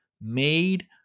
made